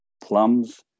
plums